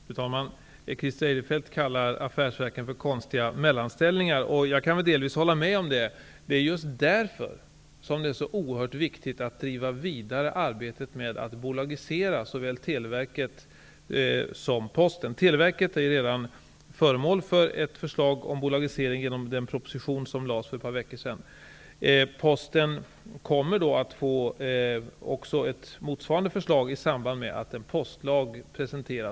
Fru talman! Christer Eirefelt säger att affärsverken har konstiga mellanställningar. Jag kan delvis hålla med om det. Det är just därför som det är så oerhört viktigt att driva vidare arbetet med att bolagisera såväl Televerket som Posten. Televerket är redan föremål för ett förslag om bolagisering genom den proposition som lades fram för ett par veckor sedan. Posten kommer att få ett motsvarande förslag i samband med att en postlag presenteras.